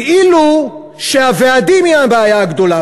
כאילו שהוועדים הם הבעיה הגדולה.